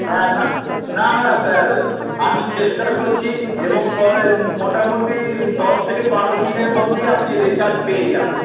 হ্যাঁ না না না স্যার আমি চেষ্টা করছি এবং মোটামোটি দশ থেকে বারো দিনের মধ্যেই আপনি রেজাল্ট পেয়ে যাবেন